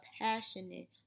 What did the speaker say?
passionate